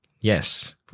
Yes